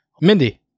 Mindy